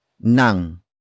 nang